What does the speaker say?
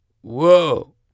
whoa